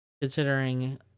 considering